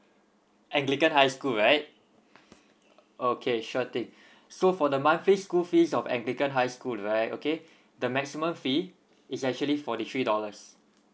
anglican high school right okay sure thing so for the monthly school fees of anglican high school right okay the maximum fee is actually forty three dollars